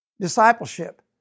discipleship